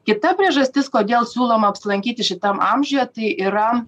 kita priežastis kodėl siūloma apsilankyti šitam amžiuje tai yra